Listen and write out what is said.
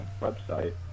website